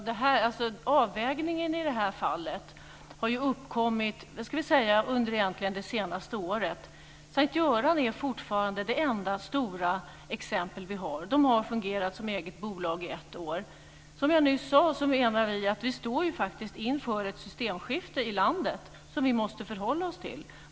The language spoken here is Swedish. Fru talman! Avvägningen i detta fall har ju egentligen uppkommit under det senaste året. S:t Göran är fortfarande det enda stora exempel som vi har. Det har fungerat som eget bolag under ett år. Som jag nyss sade menar vi att vi faktiskt står inför ett systemskifte i landet som vi måste förhålla oss till.